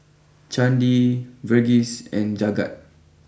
Chandi Verghese and Jagat